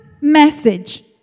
message